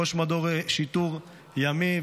ראש מדור שיטור ימי,